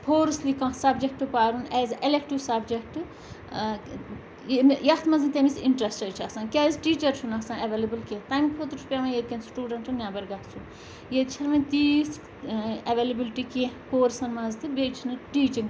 forcibly کانٛہہ subject پَرُن as elective subject یَتھ منٛز تٔمِس اِنٹرسٹ چھِ آسان کیٛاز ٹیٖچر چھُ نہٕ آسان اولیبٕل کینٛہہ تَمہِ خٲطرٕ چھُ پیٚوان ییٚتہِ کٮین سٹوٗڈنٛٹ نٮ۪بر گژھُن ییٚتہِ چھِ نہٕ وَۄنۍ تیٖژھ اویلیبلٹی کینٛہہ کورسَن منٛز تہِ بیٚیہِ چھِنہٕ ٹیٖچِنٛگ